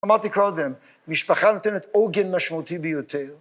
אמרתי קודם, משפחה נותנת עוגן משמעותי ביותר.